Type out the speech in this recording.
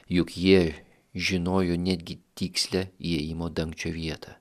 juk jie žinojo netgi tikslią įėjimo dangčio vietą